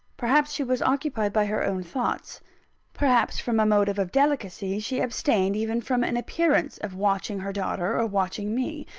perhaps she was occupied by her own thoughts perhaps, from a motive of delicacy, she abstained even from an appearance of watching her daughter or watching me.